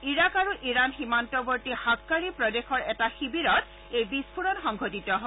Iraq আৰু Iran সীমান্তৱৰ্তী Hakkari প্ৰদেশৰ এটা শিবিৰত এই বিস্ফোৰণ সংঘটিত হয়